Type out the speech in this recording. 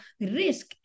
risk